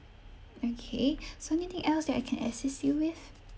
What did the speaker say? okay so anything else that I can assist you with